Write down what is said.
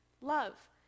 love